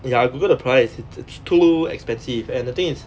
ya I googled the price it's it's too expensive and the thing is